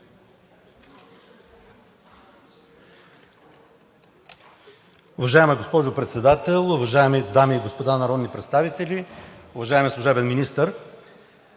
уважаема госпожо Председател. Уважаеми дами и господа народни представители, уважаеми господа министри!